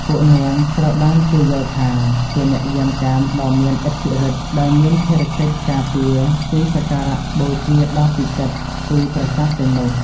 ពួកនាងត្រូវបានគេយល់ថាជា អ្នកយាមកាមដ៏មានឥទ្ធិឫទ្ធិ ដែលមានភារកិច្ចការពារទីសក្ការបូជាដ៏ពិសិដ្ឋ គឺប្រាសាទទាំងនោះ។